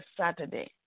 Saturday